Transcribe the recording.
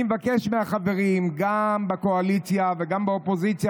אני מבקש מהחברים גם בקואליציה וגם באופוזיציה,